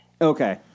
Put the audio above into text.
Okay